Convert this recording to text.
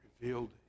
revealed